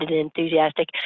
enthusiastic